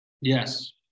Yes